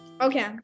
Okay